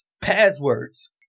passwords